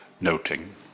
noting